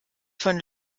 von